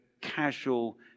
casual